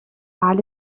على